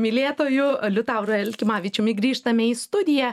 mylėtoju liutauru elkimavičiumi grįžtame į studiją